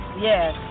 Yes